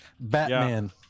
Batman